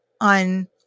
on